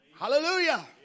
Hallelujah